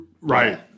Right